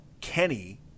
Kenny